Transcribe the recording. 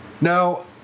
Now